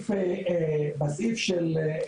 בסעיף 16,